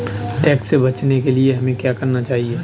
Tax से बचने के लिए हमें क्या करना चाहिए?